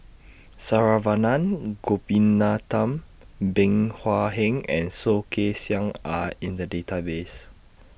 Saravanan Gopinathan Bey Hua Heng and Soh Kay Siang Are in The Database